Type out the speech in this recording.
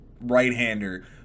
right-hander